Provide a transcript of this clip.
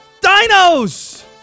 dinos